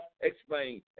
explain